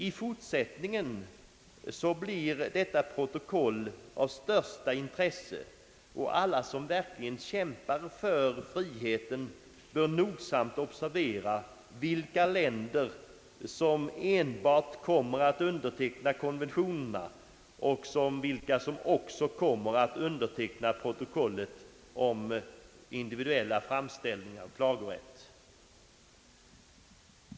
I fortsättningen blir detta protokoll av största intresse, och alla som verkligen kämpar för friheten bör nogsamt observera vilka länder som enbart kommer att underteckna konventionerna och vilka som också kommer att underteckna protokollet beträffande individuell klagorätt.